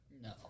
No